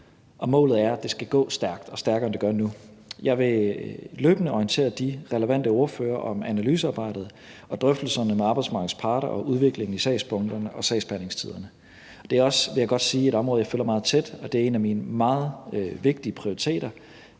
målet er, at det skal gå stærkt og stærkere, end det gør nu. Jeg vil løbende orientere de relevante ordførere om analysearbejdet og drøftelserne med arbejdsmarkedets parter og udviklingen i sagsbunkerne og sagsbehandlingstiderne. Jeg kan godt sige, at det er et område, jeg følger meget tæt, og at det er en af mine meget vigtige prioriteter.